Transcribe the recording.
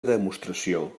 demostració